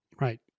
Right